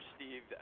Steve